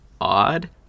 odd